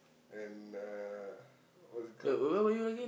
and uh what is it called